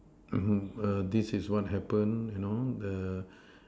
err this is what happened and all the